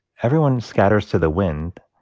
everyone scatters to the wind,